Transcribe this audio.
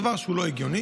דבר שהוא לא הגיוני.